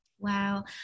Wow